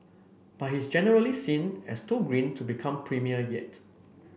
but he's generally seen as too green to become premier yet